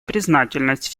признательность